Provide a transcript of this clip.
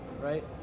right